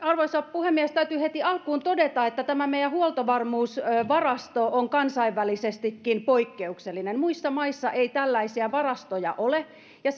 arvoisa puhemies täytyy heti alkuun todeta että meidän huoltovarmuusvarastot ovat kansainvälisestikin poikkeuksellisia muissa maissa ei tällaisia varastoja ole ja